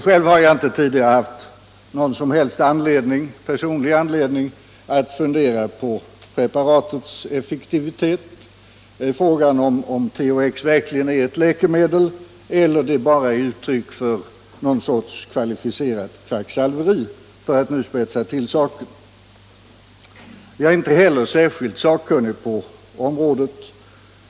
Själv har jag inte tidigare haft någon som helst personlig anledning att fundera på preparatets effektivitet, över frågan om THX verkligen är ett läkemedel eller om användningen av det bara är ett uttryck för något slags kvalificerat kvacksalveri — för att nu spetsa till saken. Jag är inte heller särskilt sakkunnig Allmänpolitisk debatt Allmänpolitisk debatt på området.